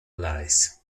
allies